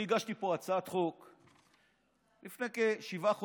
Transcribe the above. אני הגשתי פה הצעת חוק לפני כשבעה חודשים: